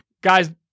Guys